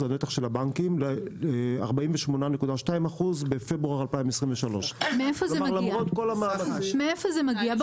מ-43% ל-48.2% בפברואר 2023. מאיפה זה מגיע?